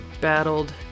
battled